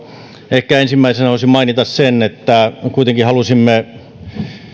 ehkä ensimmäisenä voisin mainita sen että me kuitenkin halusimme